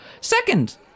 Second